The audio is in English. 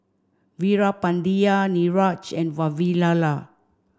Veerapandiya Niraj and Vavilala